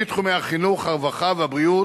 מתחומי החינוך, הרווחה והבריאות,